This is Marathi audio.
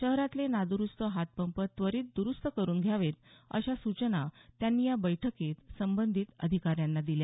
शहरातले नाद्रूस्त हातपंप त्वरीत दुरूस्त करून घ्यावेत अशा सूचना त्यांनी या बैठकीत संबंधित अधिकाऱ्यांना दिल्या